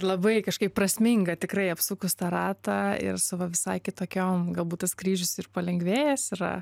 labai kažkaip prasminga tikrai apsukus tą ratą ir savo visai kitokiom galbūt tas kryžius ir palengvėjęs yra